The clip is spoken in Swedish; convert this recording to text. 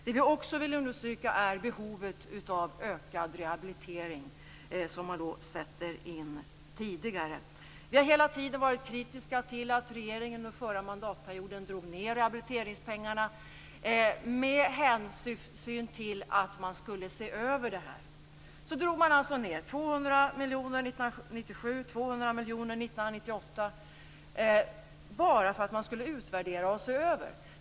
Det vi också vill understryka är behovet av ökad rehabilitering, som man sätter in tidigare. Vi har hela tiden varit kritiska till att regeringen under förra mandatperioden drog ned på rehabiliteringspengarna med hänsyn till att man skulle göra en översyn. Man drog ned 200 miljoner 1997 och 200 miljoner 1998 bara för att man skulle utvärdera och se över.